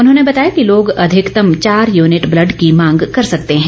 उन्होंने बताया कि लोग अधिकतम चार यूनिट ब्लड की मांग कर सकते हैं